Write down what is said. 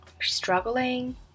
struggling